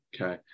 Okay